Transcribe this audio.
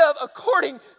according